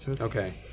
Okay